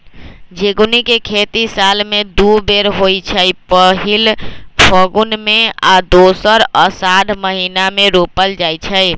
झिगुनी के खेती साल में दू बेर होइ छइ पहिल फगुन में आऽ दोसर असाढ़ महिना मे रोपल जाइ छइ